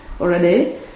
already